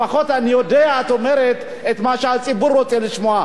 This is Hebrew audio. לפחות אני יודע שאת אומרת את מה שהציבור רוצה לשמוע.